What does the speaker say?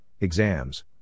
exams